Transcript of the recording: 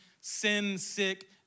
sin-sick